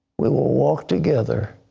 we will walk together